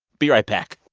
be right back